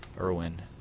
Irwin